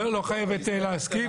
חייבת להסכים.